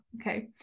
okay